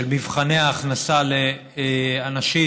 של מבחני הכנסה לאנשים